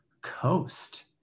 coast